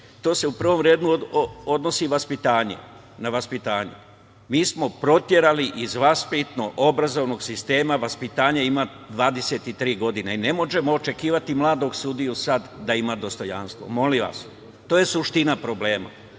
To se u prvom redu odnosi na vaspitanje. Mi smo proterali iz vaspitno-obrazovnog sistema vaspitanje ima 23 godine i ne možemo očekivati od mladog sudije sada da ima dostojanstvo. Molim vas. To je suština problema.